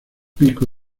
pico